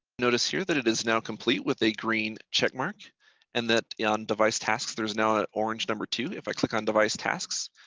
notice here that it is now complete with a green checkmark and that the yeah on device tasks there is now a orange number two. if i click on device tasks,